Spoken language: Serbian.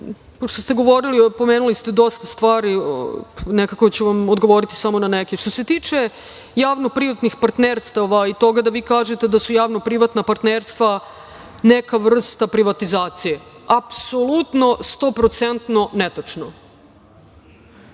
ste spomenuli dosta stvari, nekako ću vam odgovoriti samo na neke. Što se tiče javno-privatnih partnerstava i toga da vi kažete da su javno-privatna partnerstva neka vrsta privatizacije. Apsolutno, stoprocentno netačno.